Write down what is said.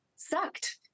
sucked